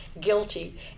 guilty